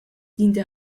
diente